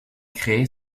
créée